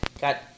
got